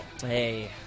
Hey